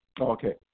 Okay